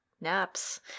Naps